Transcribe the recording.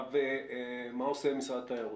עכשיו מה עושה משרד התיירות?